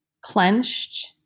clenched